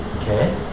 Okay